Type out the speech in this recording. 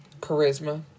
charisma